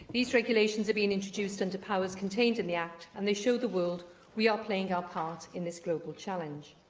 these regulations are being introduced and under powers contained in the act and they show the world we are playing our part in this global challenge.